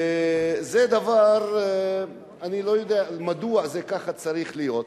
וזה דבר, אני לא יודע מדוע ככה זה צריך להיות.